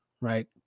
right